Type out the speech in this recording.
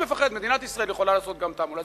מדינת ישראל יכולה לעשות גם תעמולה.